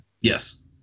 Yes